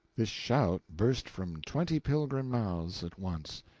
this shout burst from twenty pilgrim mouths at once.